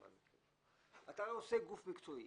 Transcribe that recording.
אתה עושה גוף מקצועי.